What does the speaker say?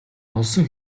олсон